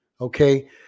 okay